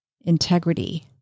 integrity